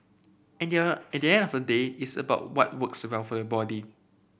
at the end at the end of the day it's about what works well for your body